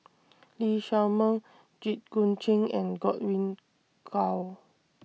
Lee Shao Meng Jit Koon Ch'ng and Godwin Koay